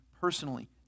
personally